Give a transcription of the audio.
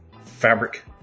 fabric